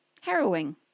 Harrowing